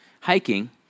hiking